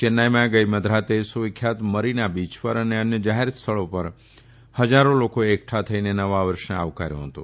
ચેન્નાઇમાં ગઇ મધરાતે સુવિખ્યાત મરીના બીચ પર અને અન્ય જાહેર સ્થળો પર હજારો લોકોએ એકઠા થઇને નવા વર્ષને આવકાર્યુ હતું